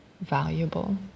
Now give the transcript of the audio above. valuable